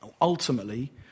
ultimately